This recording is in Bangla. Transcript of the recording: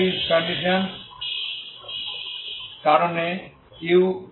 বাউন্ডারি র কন্ডিশনসর কারণে u0t0